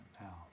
now